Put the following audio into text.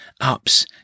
ups